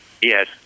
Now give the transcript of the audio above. Yes